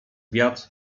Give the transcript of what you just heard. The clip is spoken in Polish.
wiatr